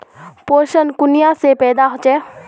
पोषण कुनियाँ से पैदा होचे?